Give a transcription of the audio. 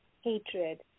hatred